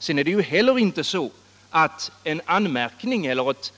Sedan är det heller inte så att en anmärkning eller ett